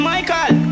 Michael